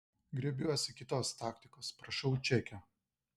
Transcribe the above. griebiuosi kitos taktikos prašau čekio